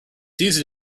easy